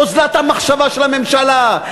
אוזלת המחשבה של הממשלה?